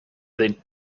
they